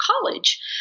College